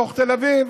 בתוך תל אביב?